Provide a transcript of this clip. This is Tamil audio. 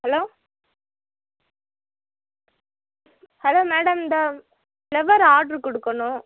ஹலோ ஹலோ மேடம் இந்த ஃப்ளவர் ஆட்ரு கொடுக்கணும்